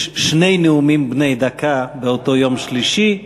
שני נאומים בני דקה באותו יום שלישי,